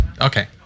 Okay